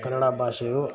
ಕನ್ನಡ ಭಾಷೆಯು